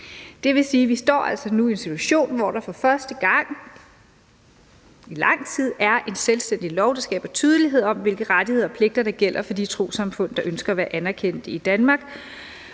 Det vil sige, at vi altså nu står i en situation, hvor der for første gang i lang tid er en selvstændig lov, der skaber tydelighed om, hvilke rettigheder og pligter der gælder for de trossamfund, der ønsker at være anerkendte i Danmark.